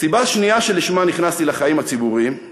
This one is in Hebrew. סיבה שנייה שלשמה נכנסתי לחיים הציבוריים היא